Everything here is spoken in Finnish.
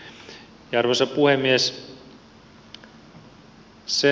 arvoisa puhemies